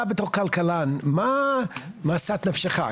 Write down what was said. אתה בתור כלכלן, מה משאת נפשך?